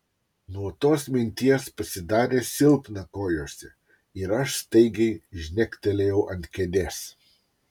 nuo tos minties pasidarė silpna kojose ir aš staigiai žnektelėjau ant kėdės